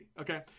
okay